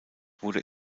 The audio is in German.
wurde